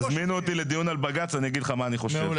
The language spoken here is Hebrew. תזמינו אותי לדיון על בג"צ ואני אגיד לך מה אני חושב.